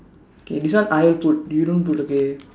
okay this one I put you don't put okay